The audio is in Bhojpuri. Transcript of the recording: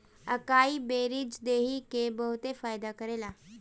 अकाई बेरीज देहि के बहुते फायदा करेला